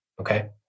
Okay